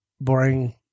Boring